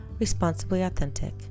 responsiblyauthentic